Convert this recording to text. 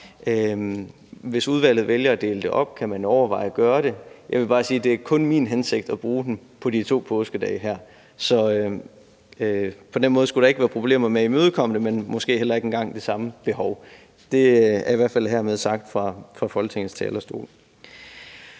Hvis udvalget vælger at dele det op, kan man overveje at gøre det; jeg vil bare sige, at det kun er min hensigt at bruge den på de to påskedage her. Så på den måde skulle der ikke være problemer med at imødekomme det, men måske heller ikke engang det samme behov – det er i hvert fald hermed sagt fra